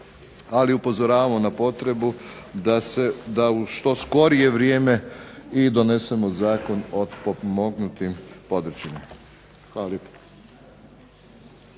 Ali upozoravamo na potrebu da u što skorije vrijeme i donesemo zakon o potpomognutim područjima. Hvala